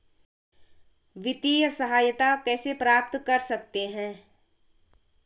वित्तिय सहायता कैसे प्राप्त कर सकते हैं?